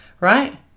right